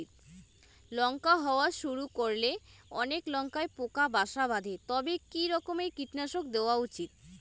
লঙ্কা হওয়া শুরু করলে অনেক লঙ্কায় পোকা বাসা বাঁধে তবে কি রকমের কীটনাশক দেওয়া উচিৎ?